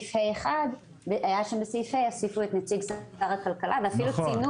בסעיף ה' הוסיפו את נציג שר הכלכלה ואפילו ציינו